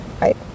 Right